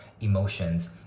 emotions